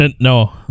No